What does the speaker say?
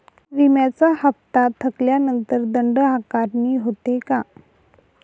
विम्याचा हफ्ता थकल्यानंतर दंड आकारणी होते का?